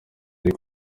yari